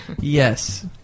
Yes